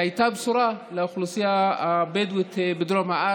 הייתה בשורה לאוכלוסייה הבדואית בדרום הארץ.